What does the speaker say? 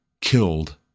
killed